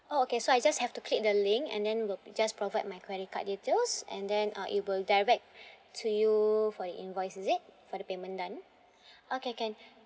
oh okay so I just have to click the link and then will just provide my credit card details and then uh it will direct to you for the invoice is it for the payment done okay can